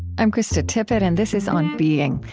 i'm krista tippett and this is on being.